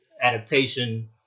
adaptation